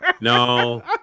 No